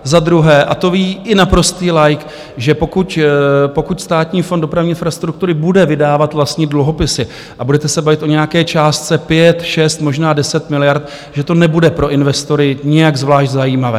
Za druhé a to ví i naprostý laik: pokud Státní fond dopravní infrastruktury bude vydávat vlastní dluhopisy a budete se bavit o nějaké částce 5, 6, možná 10 miliard, že to nebude pro investory nijak zvlášť zajímavé.